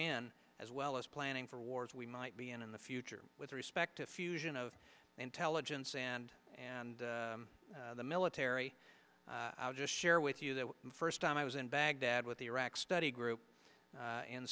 in as well as planning for wars we might be in in the future with respect to fusion of intelligence and and the military i'll just share with you the first time i was in baghdad with the iraq study group